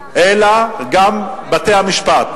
אלא גם בתי-המשפט.